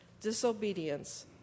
disobedience